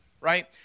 right